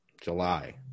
July